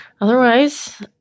Otherwise